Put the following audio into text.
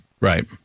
Right